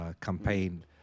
campaign